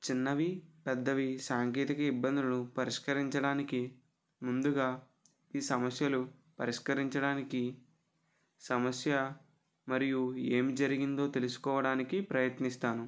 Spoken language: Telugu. చిన్నవి పెద్దవి సాంకేతిక ఇబ్బందులు పరిష్కరించడానికి ముందుగా ఈ సమస్యలు పరిష్కరించడానికి సమస్య మరియు ఏం జరిగిందో తెలుసుకోవడానికి ప్రయత్నిస్తాను